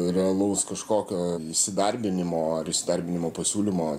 realaus kažkokio įsidarbinimo ar įsidarbinimo pasiūlymo